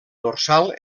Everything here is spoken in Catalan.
dorsal